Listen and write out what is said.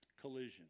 collision